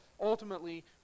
ultimately